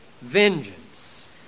vengeance